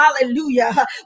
Hallelujah